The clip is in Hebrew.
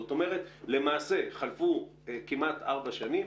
זאת אומרת, למעשה חלפו כמעט ארבע שנים.